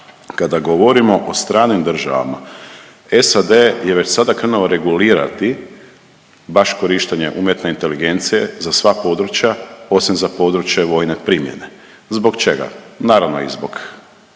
Kada govorimo o stranim državama, SAD je već sada krenuo regulirati baš korištenje umjetne inteligencije za sva područja osim za područja vojne primjene. Zbog čega? Naravno i zbog